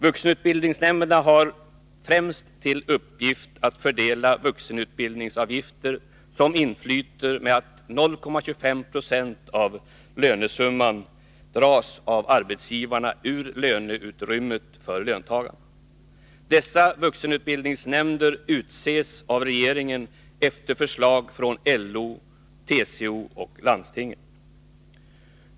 Vuxenutbildningsnämnderna har främst till uppgift att fördela de vuxenutbildningsavgifter som inflyter genom att 0,25 20 av lönesumman dras av arbetsgivarna ur löneutrymmet för löntagarna. Vuxenutbildningsnämnderna utses av regeringen efter förslag från LO, TCO och landstingen.